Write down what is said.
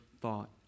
thought